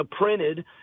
printed